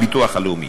הביטוח הלאומי.